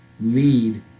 lead